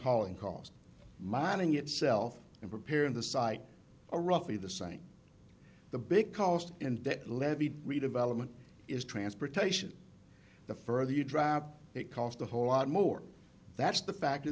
hauling cost mining itself and repairing the site or roughly the same the big cost and that levy redevelopment is transportation the further you drop it cost a whole lot more that's the factor